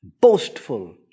boastful